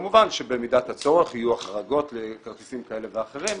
כמובן שבמידת הצורך יהיו החרגות לכרטיסים כאלה ואחרים,